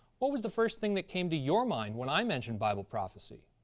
what was the first thing that came to your mind when i mentioned bible prophecy?